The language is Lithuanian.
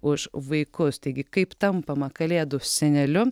už vaikus taigi kaip tampama kalėdų seneliu